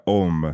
om